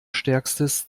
stärkstes